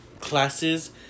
classes